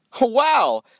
Wow